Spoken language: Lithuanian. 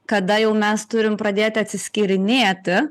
kada jau mes turim pradėti atsiskyrinėti